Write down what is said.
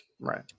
Right